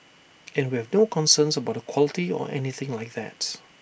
and we have no concerns about quality or anything like that's